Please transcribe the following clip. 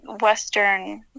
Western